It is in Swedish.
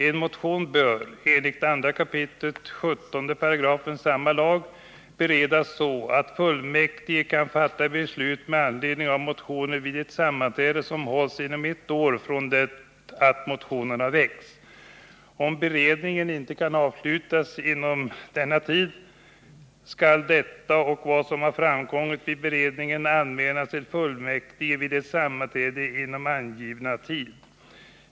En motion bör, enligt 2 kap. 17 § samma lag, beredas så att fullmäktige kan fatta beslut med anledning av motionen vid ett sammanträde som hålls inom ett år från det att motionen har väckts. Om beredningen inte kan avslutas inom denna tid, skall detta och vad som har framkommit vid beredningen anmälas till fullmäktige vid ett sammanträde inom angivna tid.